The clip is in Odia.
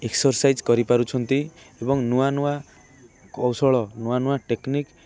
ଏକ୍ସରସାଇଜ୍ କରିପାରୁଛନ୍ତି ଏବଂ ନୂଆ ନୂଆ କୌଶଳ ନୂଆ ନୂଆ ଟେକ୍ନିକ୍